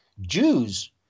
Jews